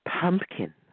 pumpkin